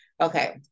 Okay